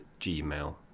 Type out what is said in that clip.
gmail